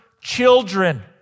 children